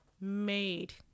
made